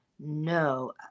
No